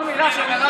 כל מילה של מירב,